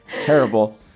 Terrible